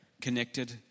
connected